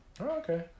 Okay